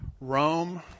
Rome